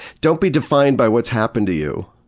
don't be defined by what's happened to you,